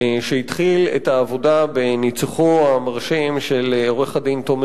שהתחיל את העבודה בניצוחו המרשים של עו"ד תומר